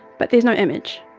but there's no image.